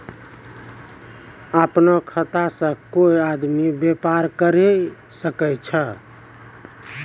अपनो खाता से कोय आदमी बेपार करि सकै छै